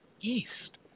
East